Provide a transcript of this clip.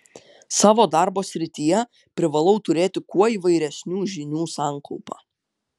savo darbo srityje privalau turėti kuo įvairesnių žinių sankaupą